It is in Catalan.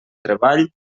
treball